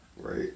Right